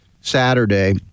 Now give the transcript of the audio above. Saturday